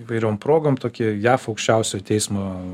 įvairiom progom tokie jav aukščiausiojo teismo